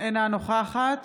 אינה נוכחת